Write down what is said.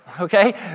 Okay